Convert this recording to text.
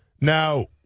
Now